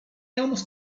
almost